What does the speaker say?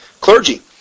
clergy